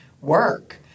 work